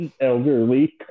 elderly